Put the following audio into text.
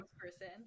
person